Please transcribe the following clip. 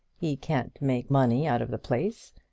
he can't make money out of the place.